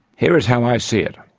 here is how i see it.